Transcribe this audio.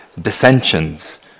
dissensions